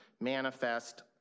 manifest